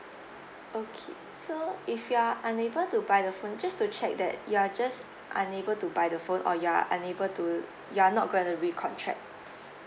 okay so if you are unable to buy the phone just to check that you are just unable to buy the phone or you are unable to you're not going to recontract